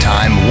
Time